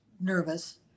nervous